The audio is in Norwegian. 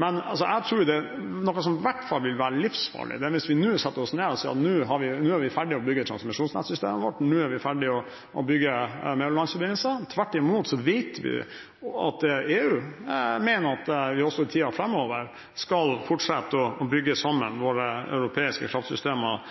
Jeg tror at noe som i hvert fall vil være livsfarlig, er hvis vi nå setter oss ned og sier at nå er vi ferdig med å bygge transmisjonsnettsystemet vårt, nå er vi ferdig med å bygge mellomlandsforbindelsene. Tvert imot vet vi at EU mener at vi også i tiden framover skal fortsette å bygge sammen våre europeiske kraftsystemer.